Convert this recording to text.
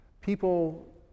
people